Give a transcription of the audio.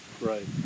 Right